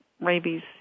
rabies